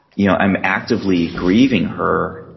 you know i'm actively grieving her,